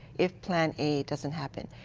if plan a doesn't happen.